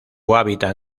hábitat